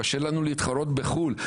קשה לנו להתחרות בחו"ל,